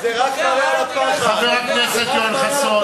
חבר הכנסת אקוניס,